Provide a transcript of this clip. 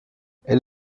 elle